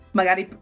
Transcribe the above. magari